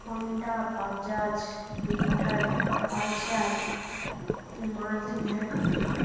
Honda Bajaj Victor Pulsar Maruti van